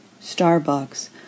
Starbucks